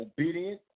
obedient